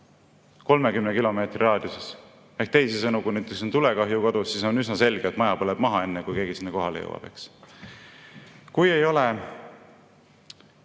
raadiuses? Ehk teisisõnu, kui näiteks on tulekahju kodus, siis on üsna selge, et maja põleb maha, enne kui keegi sinna kohale jõuab. Kui ei ole